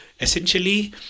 essentially